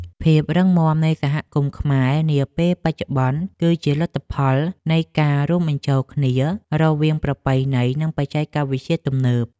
ភាពរឹងមាំនៃសហគមន៍ខ្មែរនាពេលបច្ចុប្បន្នគឺជាលទ្ធផលនៃការរួមបញ្ចូលគ្នារវាងប្រពៃណីនិងបច្ចេកវិទ្យាទំនើប។